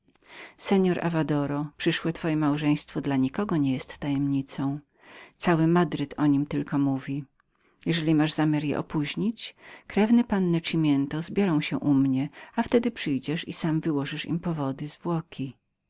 dodał seor avadoro przyszłe twoje małżeństwo dla nikogo nie jest tajemnicą cały madryt o nim tylko mówi jeżeli masz zamiar je opóźnić krewni panny cimiento zbierą się u mnie wtedy przyjdziesz i sam wyłożysz im powody